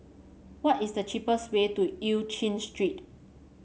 what is the cheapest way to Eu Chin Street